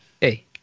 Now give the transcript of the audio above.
hey